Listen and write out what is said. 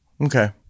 Okay